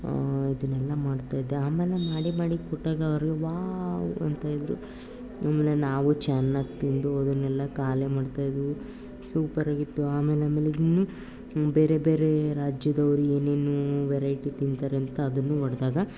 ಅದನ್ನೆಲ್ಲ ಮಾಡ್ತಾಯಿದ್ದೆ ಆಮೇಲೆ ಮಾಡಿ ಮಾಡಿ ಕೊಟ್ಟಾಗ ಅವರು ವಾವ್ ಅಂತ ಇದ್ದರು ಆಮೇಲೆ ನಾವು ಚೆನ್ನಾಗಿ ತಿಂದು ಅದನ್ನೆಲ್ಲ ಖಾಲಿ ಮಾಡ್ತಾಯಿದ್ವಿ ಸೂಪರ್ ಆಗಿತ್ತು ಆಮೇಲೆ ಆಮೇಲೆ ಇನ್ನೂ ಬೇರೆ ಬೇರೇ ರಾಜ್ಯದವರು ಏನೇನೂ ವೆರೈಟಿ ತಿಂತಾರೆ ಅಂತ ಅದನ್ನು ಒಡೆದಾಗ